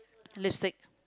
lipstick